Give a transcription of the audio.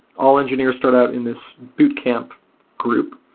all engineers start out in this boot camp group.